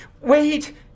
wait